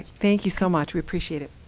thank you so much. we appreciate it.